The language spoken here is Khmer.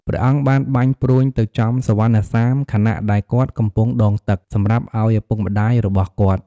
ព្រះអង្គបានបាញ់ព្រួញទៅចំសុវណ្ណសាម ខណៈដែលគាត់កំពុងដងទឹកសម្រាប់ឲ្យឪពុកម្ដាយរបស់គាត់។